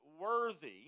worthy